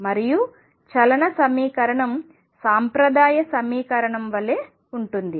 మరియు చలన సమీకరణం సాంప్రదాయ సమీకరణం వలె ఉంటుంది